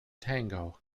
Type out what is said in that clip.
tango